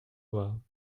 war